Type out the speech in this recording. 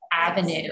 avenue